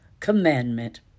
commandment